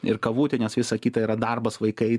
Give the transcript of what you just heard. ir kavutė nes visa kita yra darbas vaikai